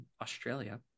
Australia